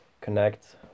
connect